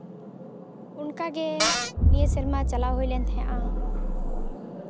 ᱚᱱᱠᱟᱜᱮ ᱱᱤᱭᱟᱹ ᱥᱮᱨᱢᱟ ᱪᱟᱞᱟᱣ ᱦᱩᱭ ᱞᱮᱱ ᱛᱟᱦᱮᱜᱼᱟ